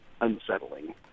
unsettling